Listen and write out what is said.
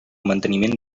manteniment